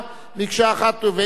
ואם הוא יאשר זאת,